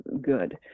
good